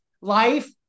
life